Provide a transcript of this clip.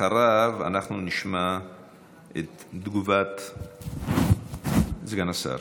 אחריו אנחנו נשמע את תגובת סגן השר.